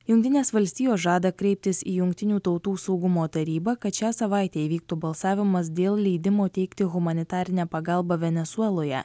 jungtinės valstijos žada kreiptis į jungtinių tautų saugumo tarybą kad šią savaitę įvyktų balsavimas dėl leidimo teikti humanitarinę pagalbą venesueloje